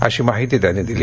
अशी माहिती त्यांनी दिली